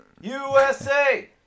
USA